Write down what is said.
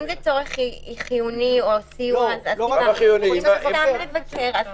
אם זה צורך חיוני או סיוע- -- אם הבן שלי רוצה לבקר אותי,